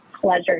pleasure